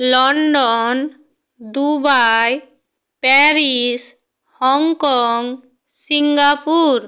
London Dubai Paris Hong Kong Singapore